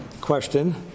question